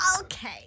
okay